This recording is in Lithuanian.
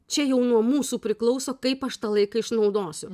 čia jau nuo mūsų priklauso kaip aš tą laiką išnaudosiu